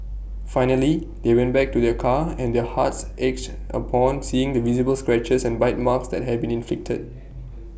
finally they went back to their car and their hearts achy upon seeing the visible scratches and bite marks that had been inflicted